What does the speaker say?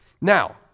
Now